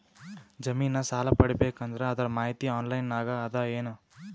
ಜಮಿನ ಸಾಲಾ ಪಡಿಬೇಕು ಅಂದ್ರ ಅದರ ಮಾಹಿತಿ ಆನ್ಲೈನ್ ನಾಗ ಅದ ಏನು?